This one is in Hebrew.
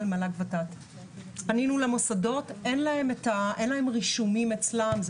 פנינו למוסדות, אין להם רישומים אצלם.